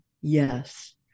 yes